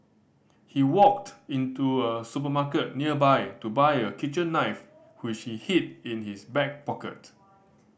he walked into a supermarket nearby to buy a kitchen knife which he hid in his back pocket